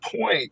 point